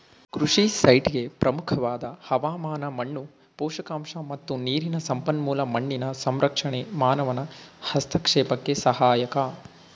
ಕೃಷಿ ಸೈಟ್ಗೆ ಪ್ರಮುಖವಾದ ಹವಾಮಾನ ಮಣ್ಣು ಪೋಷಕಾಂಶ ಮತ್ತು ನೀರಿನ ಸಂಪನ್ಮೂಲ ಮಣ್ಣಿನ ಸಂರಕ್ಷಣೆ ಮಾನವನ ಹಸ್ತಕ್ಷೇಪಕ್ಕೆ ಸಹಾಯಕ